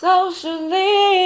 Socially